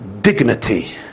dignity